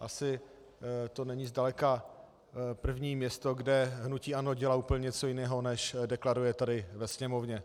Asi to není zdaleka první město, kde hnutí ANO dělá úplně něco jiného, než deklaruje tady ve Sněmovně.